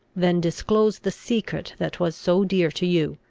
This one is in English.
than disclose the secret that was so dear to you.